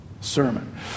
sermon